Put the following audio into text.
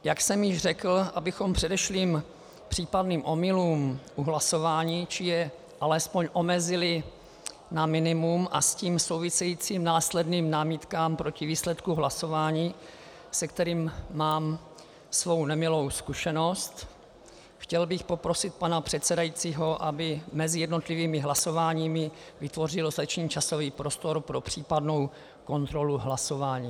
Jak jsem již řekl, abychom předešli případným omylům v hlasování, či je alespoň omezili na minimum, a s tím souvisejícím následným námitkám proti výsledku hlasování, se kterým mám svou nemilou zkušenost, chtěl bych poprosit pana předsedajícího, aby mezi jednotlivými hlasováními vytvořil dostatečný časový prostor pro případnou kontrolu hlasování.